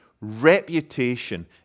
reputation